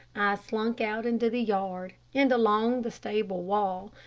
slunk out into the yard, and along the stable wall,